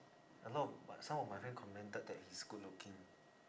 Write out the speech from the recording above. a lot of but some of my friends commented that he's good looking